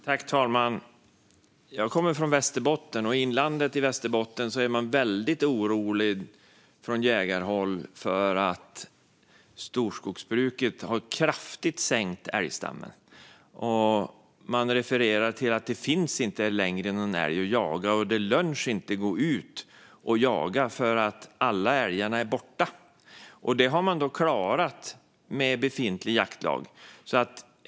Fru talman! Jag kommer från Västerbotten, och i Västerbottens inland är man väldigt orolig från jägarhåll. Storskogsbruket har nämligen sänkt älgstammen kraftigt. Man refererar till att det inte längre finns någon älg att jaga, att det inte lönar sig att gå ut och jaga, eftersom alla älgar är borta. Och det har man klarat med befintlig jaktlag.